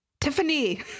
Tiffany